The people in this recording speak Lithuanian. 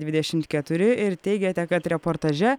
dvidešimt keturi ir teigiate kad reportaže